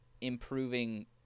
improving